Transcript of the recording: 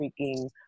freaking